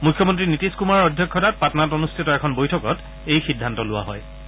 মুখ্যমন্ত্ৰী নীতিশ কুমাৰৰ অধ্যক্ষতাত পাটনাত অনুষ্ঠিত এখন বৈঠকত এই সিদ্ধান্ত লোৱা হৈছিল